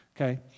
Okay